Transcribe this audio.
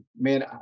man